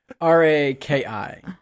R-A-K-I